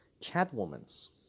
Catwoman's